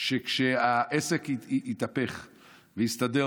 שכשהעסק התהפך והסתדר,